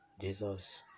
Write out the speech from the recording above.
Jesus